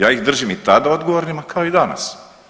Ja ih držim i tada odgovornima kao i danas.